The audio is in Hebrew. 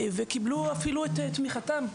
ואפילו קיבלו את תמיכתם,